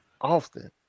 Often